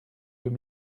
deux